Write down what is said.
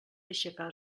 aixecar